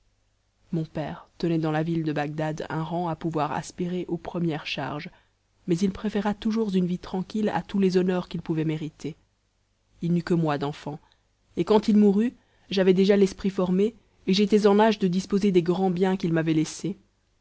mon père tenait dans la ville de bagdad un rang à pouvoir aspirer aux premières charges mais il préféra toujours une vie tranquille à tous les honneurs qu'il pouvait mériter il n'eut que moi d'enfant et quand il mourut j'avais déjà l'esprit formé et j'étais en âge de disposer des grands biens qu'il m'avait laissés